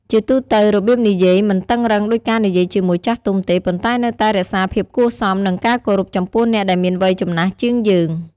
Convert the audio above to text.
ជាទូទៅ របៀបនិយាយមិនតឹងរឹងដូចការនិយាយជាមួយចាស់ទុំទេ ប៉ុន្តែនៅតែរក្សាភាពគួរសម និងការគោរពចំពោះអ្នកដែលមានវ័យចំណាស់ជាងយើង។